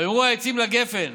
ויאמרו העצים לגפן